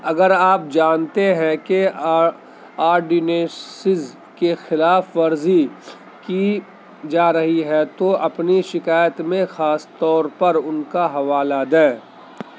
اگر آپ جانتے ہیں کہ آرڈیننسز کی خلاف ورزی کی جا رہی ہے تو اپنی شکایت میں خاص طور پر ان کا حوالہ دیں